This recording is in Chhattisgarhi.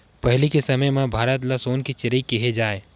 पहिली के समे म भारत ल सोन के चिरई केहे जाए